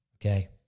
okay